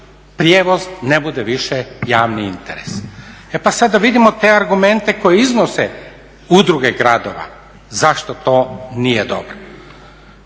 prijevoz ne bude više javni interes. E pa sada da vidimo te argumente koji iznose udruge gradova, zašto to nije dobro.